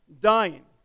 dying